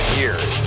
years